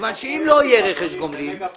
מכיוון שאם לא יהיה רכש גומלין --- אלה מגה פרויקטים.